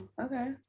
okay